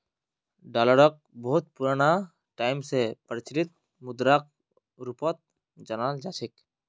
डालरक बहुत पुराना टाइम स प्रचलित मुद्राक रूपत जानाल जा छेक